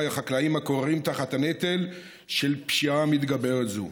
החקלאים הכורעים תחת הנטל של פשיעה מתגברת זו.